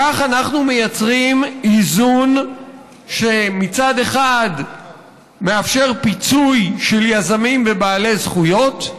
כך אנחנו מייצרים איזון שמצד אחד מאפשר פיצוי של יזמים ובעלי זכויות,